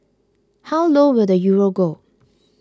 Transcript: how low will the Euro go